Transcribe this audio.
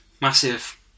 massive